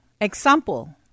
Example